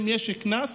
אם יש קנס,